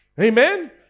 Amen